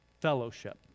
fellowship